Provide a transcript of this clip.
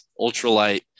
Ultralight